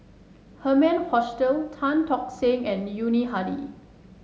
Herman Hochstadt Tan Tock Seng and Yuni Hadi